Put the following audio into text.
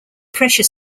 pressure